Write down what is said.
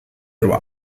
roy